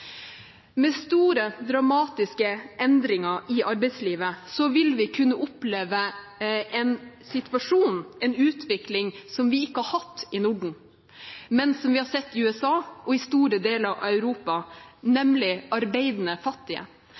Med store, dramatiske endringer i arbeidslivet vil vi kunne oppleve en situasjon, en utvikling, som vi ikke har hatt i Norden, men som vi har sett i USA og i store deler av Europa, nemlig arbeidende fattige,